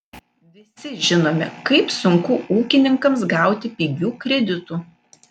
visi žinome kaip sunku ūkininkams gauti pigių kreditų